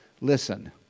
listen